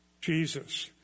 Jesus